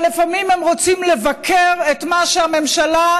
אבל לפעמים הם רוצים לבקר את מה שהממשלה,